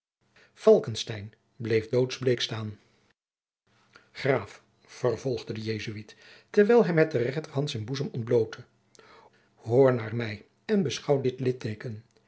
bleef doodsbleek staan graaf vervolgde de jesuit terwijl hij met de rechterhand zijn boezem ontblootte hoor naar mij en beschouw dit lidteeken